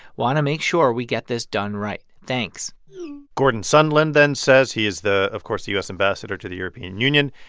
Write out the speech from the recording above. want to make sure we get this done right. thanks gordon sondland then says he is the, of course, the u s. ambassador to the european and union.